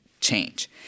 change